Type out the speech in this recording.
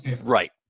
Right